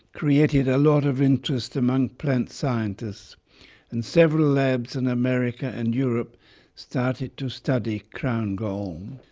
created a lot of interest among plant scientists and several labs in america and europe started to study crown gall.